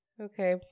Okay